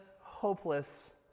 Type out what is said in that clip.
hopeless